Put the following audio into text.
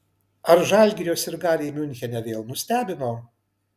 ar žalgirio sirgaliai miunchene vėl nustebino